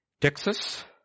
Texas